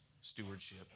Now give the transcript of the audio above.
stewardship